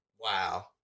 Wow